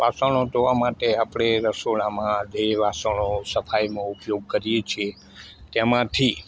વાસણો ધોવા માટે આપણે રસોડામાં જે વાણસો સફાઇમાં ઉપયોગ કરીએ છીએ તેમાંથી